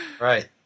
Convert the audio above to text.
Right